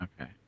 Okay